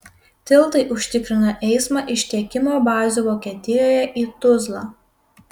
tiltai užtikrina eismą iš tiekimo bazių vokietijoje į tuzlą